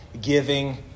giving